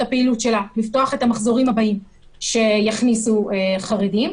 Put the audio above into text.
הפעילות שלה ולפתוח את המחזורים הבאים שיכניסו חרדים